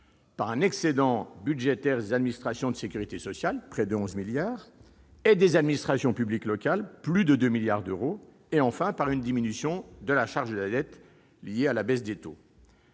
par un excédent budgétaire des administrations de sécurité sociale- près de 11 milliards d'euros -et des administrations publiques locales- plus de 2 milliards d'euros -, ainsi que par une diminution de la charge de la dette rendue possible par la baisse des taux